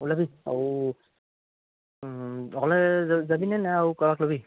ওলাবি আৰু অকলে যাবিনে নে আৰু কাৰোবাক ল'বি